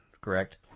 correct